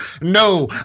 No